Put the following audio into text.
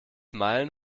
meilen